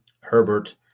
Herbert